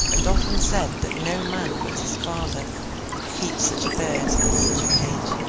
and often said that no man but his father would keep such a bird in such a cage.